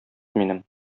минем